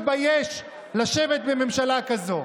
יוסי, אנחנו מתביישים בבן אדם כזה.